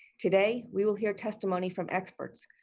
today, we will hear testimony from experts,